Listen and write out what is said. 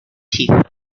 teeth